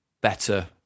better